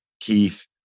keith